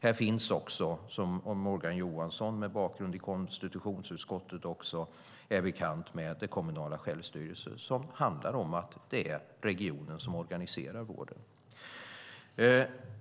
Här finns också, som Morgan Johansson med bakgrund i konstitutionsutskottet också är bekant med, den kommunala självstyrelsen, som handlar om att det är regionen som organiserar vården.